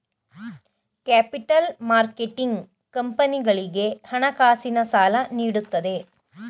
capital marketing ಕಂಪನಿಗಳಿಗೆ ಹಣಕಾಸಿನ ಸಾಲ ನೀಡುತ್ತದೆ